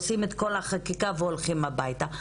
עושים את כל החקיקה והולכים הביתה,